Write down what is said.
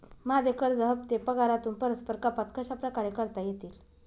माझे कर्ज हफ्ते पगारातून परस्पर कपात कशाप्रकारे करता येतील?